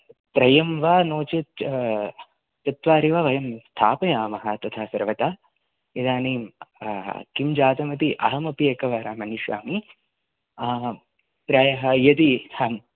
त्रयं वा नोचेत् चत्वारि वा वयं स्थापयामः तथा सर्वदा इदानीं किं जातं इति अहमपि एकवारम् अन्वेष्यामि प्रायः यदि